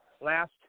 last